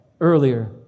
earlier